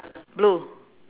blue